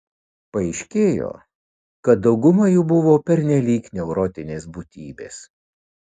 paaiškėjo kad dauguma jų buvo pernelyg neurotinės būtybės